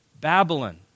Babylon